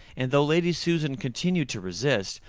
and though lady susan continued to resist,